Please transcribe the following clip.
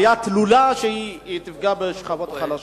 עלייה תלולה שתפגע בשכבות החלשות.